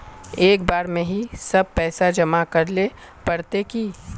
एक बार में ही सब पैसा जमा करले पड़ते की?